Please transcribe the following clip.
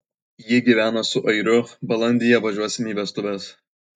ji gyvena su airiu balandį važiuosime į vestuves